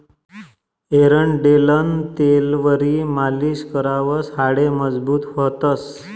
एरंडेलनं तेलवरी मालीश करावर हाडे मजबूत व्हतंस